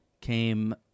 came